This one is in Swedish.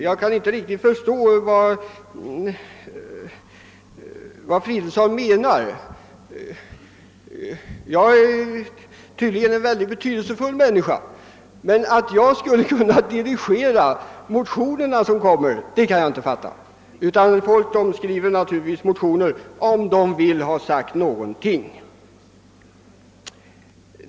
— Jag kan inte riktigt förstå vad herr Fridolfsson menar. Tydligen är jag en mycket betydelsefull person, men jag dirigerar ju inte medlemmarnas motionsskrivande. Motioner väcks när någon har synpunkter att framföra.